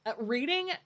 Reading